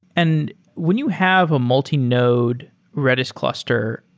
and when you have a multi-node redis cluster,